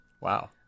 Wow